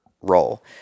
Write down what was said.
role